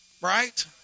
right